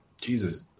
Jesus